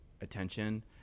attention